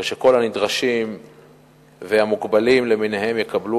כל הנדרשים והמוגבלים למיניהם יקבלו